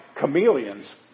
chameleons